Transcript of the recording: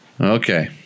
okay